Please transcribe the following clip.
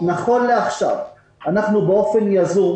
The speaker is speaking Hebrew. נכון לעכשיו, באופן יזום